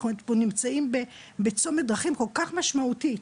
אנחנו פה נמצאים בצומת דרכים כל כך משמעותית.